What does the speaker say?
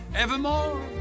evermore